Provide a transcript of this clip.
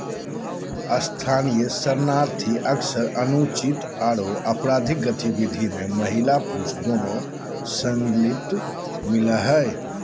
स्थानीय शरणार्थी अक्सर अनुचित आरो अपराधिक गतिविधि में महिला पुरुष दोनों संलिप्त मिल हई